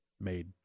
made